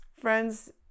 Friends